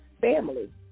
family